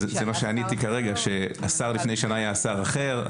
זה מה שעניתי כרגע, שהשר לפני שנה היה שר אחר.